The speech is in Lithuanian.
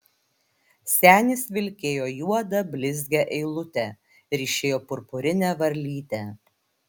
senis vilkėjo juodą blizgią eilutę ryšėjo purpurinę varlytę